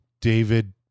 David